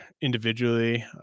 individually